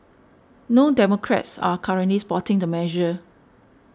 no Democrats are currently supporting the measure